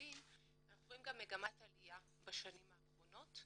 היהודים אנחנו גם רואים מגמת עלייה בשנים האחרונות.